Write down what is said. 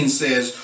says